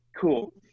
Cool